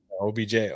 OBJ